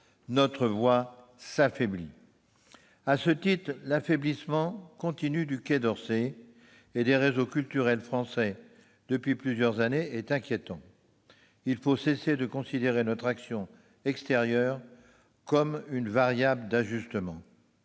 notre voix s'affaiblit. À ce titre, l'affaiblissement continu du Quai d'Orsay et des réseaux culturels français depuis plusieurs années est inquiétant. II faut cesser de considérer notre action extérieure comme une variable d'ajustement.